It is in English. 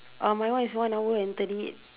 um my one is one hour and thirty